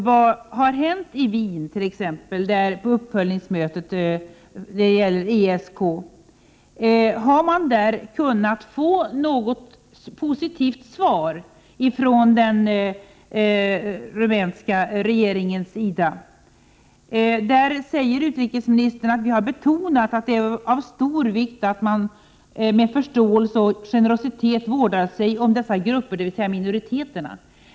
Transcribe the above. Vad har t.ex. hänt på ESK:s uppföljningsmöte i Wien? Har man där kunnat få något positivt svar från den rumänska regeringens sida? Utrikesministern säger i svaret att vi har betonat ”att det är av stor vikt att man med förståelse och generositet vårdar sig om dessa grupper”, dvs. minoriteterna.